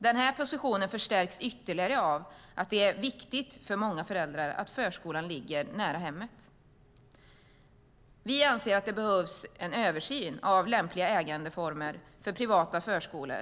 Denna position förstärks ytterligare av att det är viktigt för många föräldrar att förskolan ligger nära hemmet. Vi anser att det behövs en översyn av lämpliga ägandeformer för privata förskolor.